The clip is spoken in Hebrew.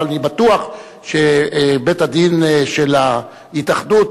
אבל אני בטוח שבית-הדין של ההתאחדות